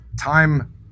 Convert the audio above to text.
time